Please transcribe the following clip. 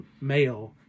male